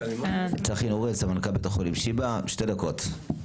צחי נוריאל, סמנכ"ל בית החולים שיבא, שתי דקות.